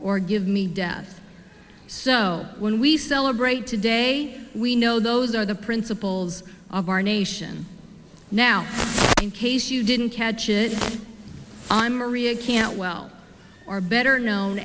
or give me death so when we celebrate today we know those are the principles of our nation now in case you didn't catch it i'm maria cantwell or better known